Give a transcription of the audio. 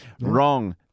Wrong